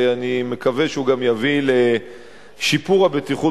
ואני מקווה שהוא גם יביא לשיפור הבטיחות